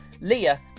Leah